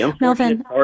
Melvin